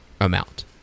amount